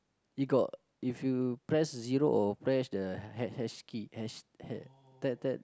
you got if you press zero or press the hash hash key hash ha~